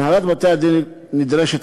הנהלת בתי-הדין נדרשת,